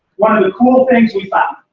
one of the cool things we found,